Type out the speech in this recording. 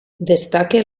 destaca